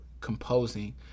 composing